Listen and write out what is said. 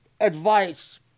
advice